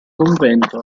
convento